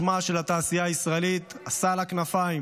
שמה של התעשייה הישראלית עשה לו כנפיים,